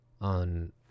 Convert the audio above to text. on